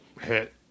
hit